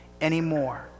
anymore